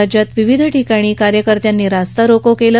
राज्यात विविध ठिकाणी कार्यकर्त्यांनी रास्ता रोको केलं